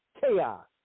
chaos